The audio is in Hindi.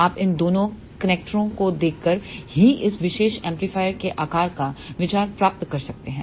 आप इन दोनों कनेक्टरों को देखकर ही इस विशेष एम्पलीफायर के आकार का विचार प्राप्त कर सकते हैं